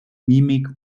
mimik